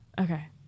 Okay